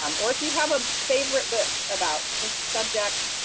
um or if you have a favorite book about it's a subject.